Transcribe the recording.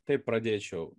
taip pradėčiau